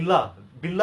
ஆரம்பமா:aarambamaa